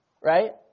right